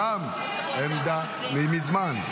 מזמן,